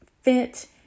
fit